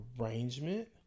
arrangement